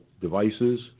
devices